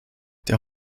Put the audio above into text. der